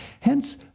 hence